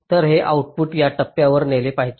तर हे आऊटपुट या टप्प्यावर नेले पाहिजे